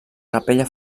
capella